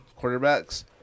quarterbacks